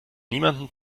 niemandem